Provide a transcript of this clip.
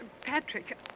Patrick